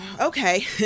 okay